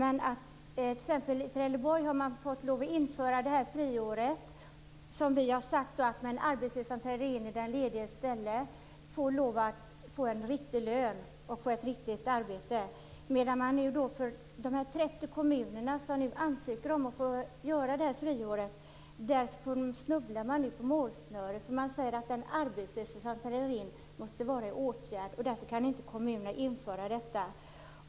I Trelleborg har man fått lov att införa friåret. En arbetslös träder in i den lediges ställe och får en riktig lön och ett riktigt arbete. I de 30 kommuner som ansöker om att få pröva friåret snubblar man nu på målsnöret. Man säger att den arbetslöse som träder in måste vara föremål för åtgärder, och därför kan inte kommunen införa detta.